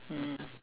mm